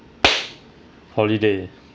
holiday